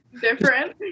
Different